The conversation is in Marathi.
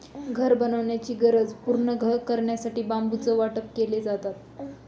घर बनवण्याची गरज पूर्ण करण्यासाठी बांबूचं वाटप केले जातात